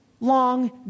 long